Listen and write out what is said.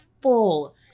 full